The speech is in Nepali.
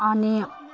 अनि